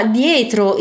dietro